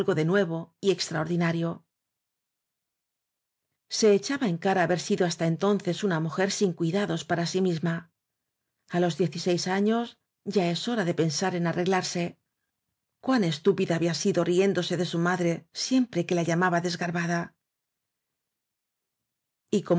de nuevo y extraordinario se echaba en cara haber sido hasta enton ces una mujer sin cuidados para sí misma a los diez y seis años ya es hora de pensar en arreglarse cuán estúpida había sido riéndose de su madre siempre que la llamaba desgarbada